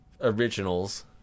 originals